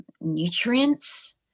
nutrients